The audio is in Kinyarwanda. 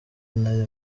nari